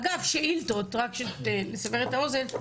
אגב שאילתות רק לסבר את האוזן,